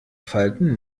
falten